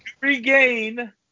regain